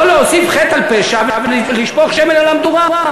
לא להוסיף חטא על פשע ולשפוך שמן על המדורה.